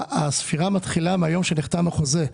הספירה מתחילה מהיום שבו נחתם החוזה.